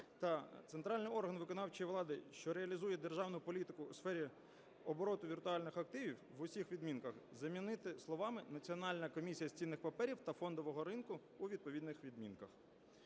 та "центральний орган виконавчої влади, що реалізує державну політику у сфері оборону віртуальних активів" в усіх відмінках замінити словами "Національна комісія з цінних паперів та фондового ринку" у відповідних відмінках.